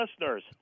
listeners